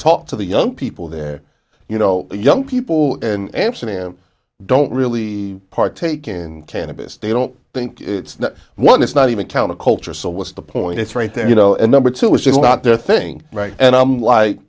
talk to the young people there you know young people in amsterdam don't really partake in cannabis they don't think it's one it's not even counterculture so what's the point it's right there you know and number two is just not their thing right and i'm like